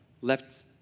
left